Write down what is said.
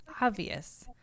obvious